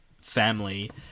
family